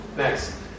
next